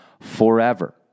forever